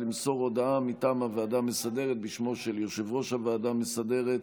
הצביע בטעות ממקומו של חבר הכנסת גנאים,